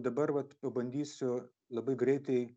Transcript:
dabar vat pabandysiu labai greitai